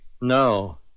No